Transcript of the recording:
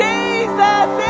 Jesus